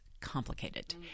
complicated